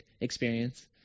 experience